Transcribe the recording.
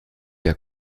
der